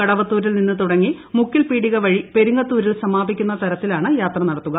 കടവത്തൂരിൽ നിന്ന് തുടങ്ങി മുക്കിൽപീടിക വഴി പെരിങ്ങത്തൂരിൽ സമാപിക്കുന്ന തരത്തിലാണ് യാത്ര നടത്തുക